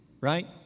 right